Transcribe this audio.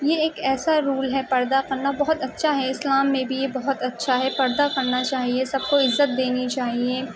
یہ ایک ایسا رول ہے پردہ کرنا بہت اچّھا ہے اسلام میں بھی یہ بہت اچّھا ہے پردہ کرنا چاہیے سب کو عزّت دینی چاہیے